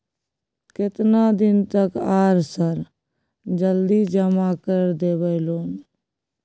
केतना दिन तक आर सर जल्दी जमा कर देबै लोन?